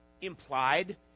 implied